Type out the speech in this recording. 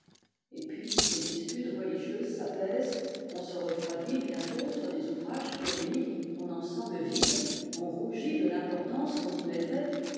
et puis les disputes religieuses s'apaisent on se refroidit bientôt sur les ouvrages polémiques on en sent le vide on rougit de l'importance qu'on y mettait